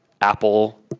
Apple